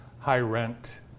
high-rent